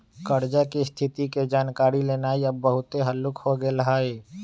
कर्जा की स्थिति के जानकारी लेनाइ अब बहुते हल्लूक हो गेल हइ